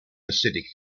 acidic